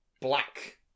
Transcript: black